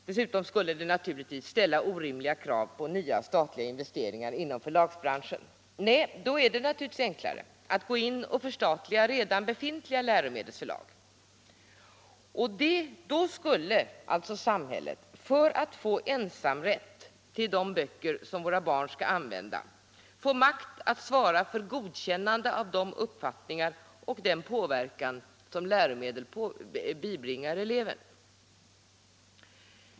Dessutom skulle det naturligtvis ställa orimliga krav på nya statliga investeringar inom förlagsbranschen. Nej, då är det naturligtvis lättare att gå in i branschen och försöka förstatliga redan befintliga läromedelsförlag. Men då skulle samhället för att få ensamrätt till de böcker som våra barn skall använda alltså få makt att svara för godkännandet av de uppfattningar och den påverkan som dessa läromedel bibringar eleven.